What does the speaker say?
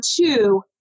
two